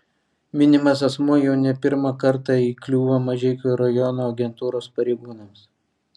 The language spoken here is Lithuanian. minimas asmuo jau ne pirmą kartą įkliūva mažeikių rajono agentūros pareigūnams